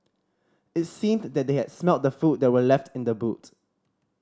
it seemed that they had smelt the food that were left in the boot